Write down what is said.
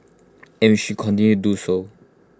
and should continue do so